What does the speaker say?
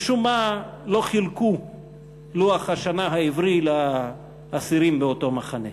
משום מה לא חילקו את לוח השנה העברי לאסירים באותו מחנה.